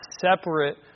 separate